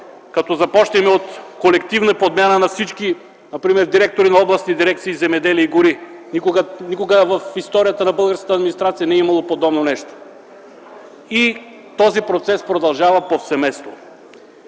като започнем от колективна подмяна например на всички директори на областни дирекции „Земеделие и гори”. Никога в историята на българската администрация не е имало подобно нещо. И този процес продължава повсеместно.